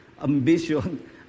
ambition